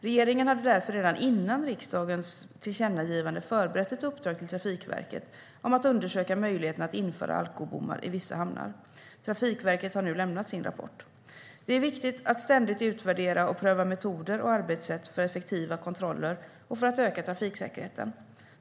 Regeringen hade därför redan före riksdagens tillkännagivande förberett ett uppdrag till Trafikverket om att undersöka möjligheterna att införa alkobommar i vissa hamnar. Trafikverket har nu lämnat sin rapport. Det är viktigt att ständigt utvärdera och pröva metoder och arbetssätt för effektiva kontroller och för att öka trafiksäkerheten.